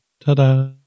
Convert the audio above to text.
Ta-da